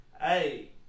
Hey